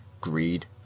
greed